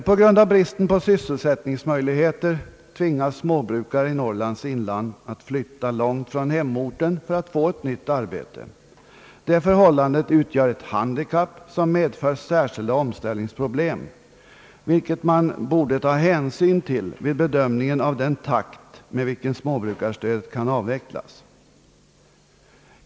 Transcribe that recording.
På grund av bristen på sysselsättningsmöjligheter tvingas småbrukare i Norrlands inland att fiytta långt från hemorten för att få ett nytt arbete. Detta förhållande utgör ett handikapp som medför särskilda omställningsproblem, vilka man måste ta hänsyn till vid bedömningen av den takt med vilken småbrukarstödet kan avvecklas.